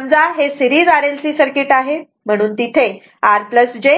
समजा हे series RLC circuit आहे म्हणून तिथे R j